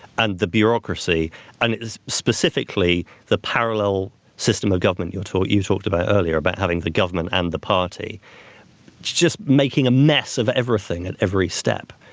and the bureaucracy and specifically the parallel system of government you're taught, you talked about earlier about having the government and the party just making a mess of everything at every step.